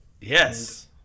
Yes